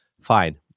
Fine